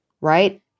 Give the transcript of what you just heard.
right